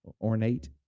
ornate